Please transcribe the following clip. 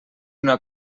una